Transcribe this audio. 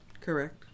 correct